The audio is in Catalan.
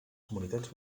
comunitats